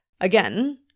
Again